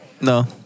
No